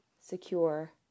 secure